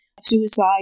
suicide